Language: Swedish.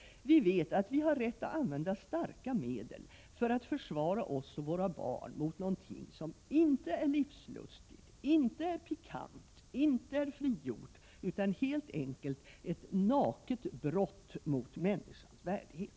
Vi vet att vi har rätt att använda starka medel för att försvara oss och våra barn mot något som inte är livslustigt, inte är pikant, inte är frigjort, utan helt enkelt ett naket brott mot människans värdighet.